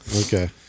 Okay